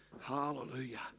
Hallelujah